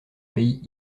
pays